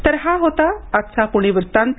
तर हा होता आजचा पुणे वृत्तांत